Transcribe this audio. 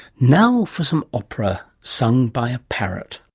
now for some operas sung by a parrot.